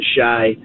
shy